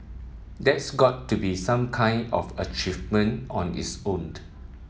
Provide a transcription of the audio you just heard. that's got to be some kind of achievement on its owned